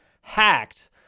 hacked